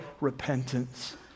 repentance